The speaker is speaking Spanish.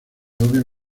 obvio